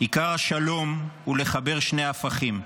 "עיקר השלום הוא לחבר שני הפכים,